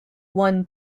won